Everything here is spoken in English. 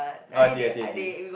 ah I see I see I see